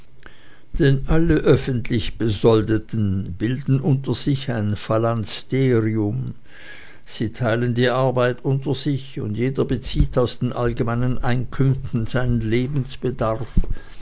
denn alle öffentlich besoldeten bilden unter sich ein phalansterium sie teilen die arbeit unter sich und jeder bezieht aus den allgemeinen einkünften seinen